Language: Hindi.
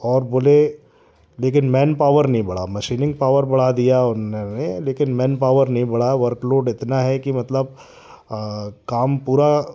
और बोलें लेकिन मैन पावर नहीं बढ़ा मशीनिंग पावर बढ़ा दिया उनरे लेकिन मैन पावर नहीं बढ़ाया वर्क लोड इतना है कि मतलब काम पूरा